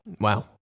Wow